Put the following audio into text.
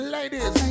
Ladies